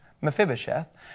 Mephibosheth